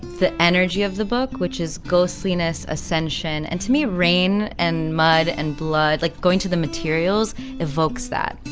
the energy of the book, which is go surliness, ascension and to me, rain and mud and blood like going to the materials evokes that,